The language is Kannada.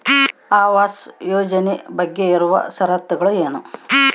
ಆವಾಸ್ ಯೋಜನೆ ಬಗ್ಗೆ ಇರುವ ಶರತ್ತುಗಳು ಏನು?